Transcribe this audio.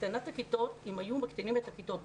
אם היו מקטינים את הכיתות,